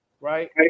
right